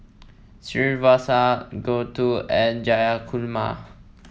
Srinivasa Gouthu and Jayakumar